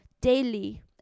daily